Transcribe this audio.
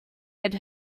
had